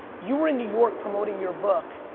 you were in new york promoting your book.